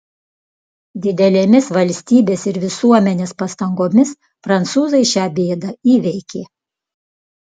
didelėmis valstybės ir visuomenės pastangomis prancūzai šią bėdą įveikė